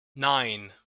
nine